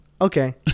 Okay